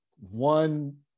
one